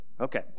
Okay